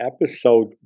episode